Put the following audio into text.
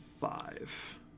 five